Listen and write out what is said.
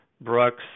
Brooks